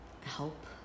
help